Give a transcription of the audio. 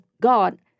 God